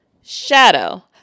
Shadow